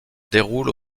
déroule